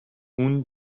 اون